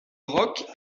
roque